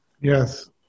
Yes